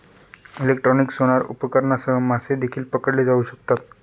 electronic sonar उपकरणांसह मासे देखील पकडले जाऊ शकतात